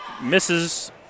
misses